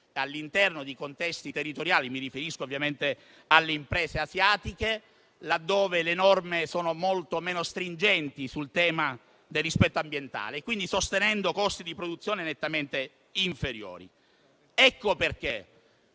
del lavoro nettamente inferiore - mi riferisco ovviamente alle imprese asiatiche, laddove le norme sono molto meno stringenti sul tema del rispetto ambientale - perché sostengono costi di produzione nettamente inferiori. Ecco perché